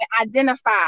identify